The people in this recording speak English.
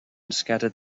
scattered